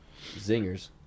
Zingers